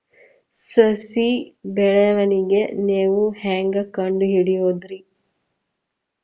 ಸಸಿ ಬೆಳವಣಿಗೆ ನೇವು ಹ್ಯಾಂಗ ಕಂಡುಹಿಡಿಯೋದರಿ?